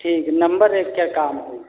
ठीक है नम्बर एक के काम होई